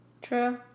True